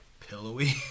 Pillowy